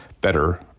better